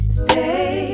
stay